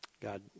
God